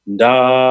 da